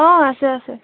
অঁ আছে আছে